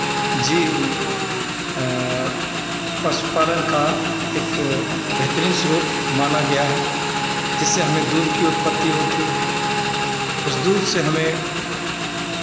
जीव पशुपालन का एक बेहतरीन स्रोत माना गया है जिससे हमें दूध की उत्पत्ति होती है उस दूध से हमें